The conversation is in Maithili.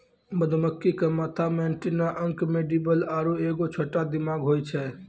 मधुमक्खी के माथा मे एंटीना अंक मैंडीबल आरु एगो छोटा दिमाग होय छै